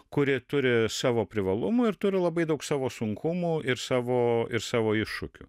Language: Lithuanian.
kuri turi savo privalumų ir turi labai daug savo sunkumų ir savo ir savo iššūkių